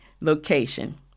location